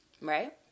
Right